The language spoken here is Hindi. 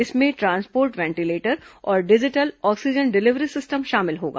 इसमें ट्रांसपोर्ट वेंटीलेटर और डिजिटल ऑक्सीजन डिलीवरी सिस्टम शामिल होगा